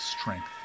strength